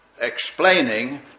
explaining